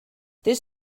this